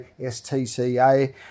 STCA